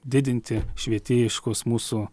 didinti švietėjiškos mūsų